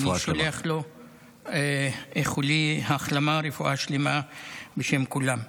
ואני שולח לו איחולי החלמה ורפואה שלמה בשם כולם.